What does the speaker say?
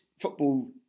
football